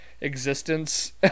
existence